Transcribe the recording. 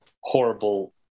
horrible